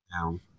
down